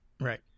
Right